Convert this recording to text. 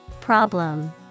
Problem